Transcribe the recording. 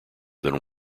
than